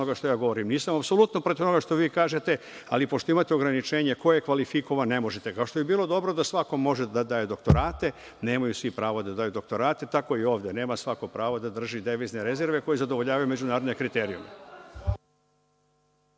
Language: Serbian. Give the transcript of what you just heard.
apsolutno protiv onoga što vi kažete, ali pošto imate ograničenje, ko je kvalifikovan, ne možete. Bilo bi dobro da svako može da daje doktorate. Nemaju svi pravo da daju doktorate i tako ovde nema svako pravo da drži devizne rezerve koje zadovoljavaju međunarodne kriterijume.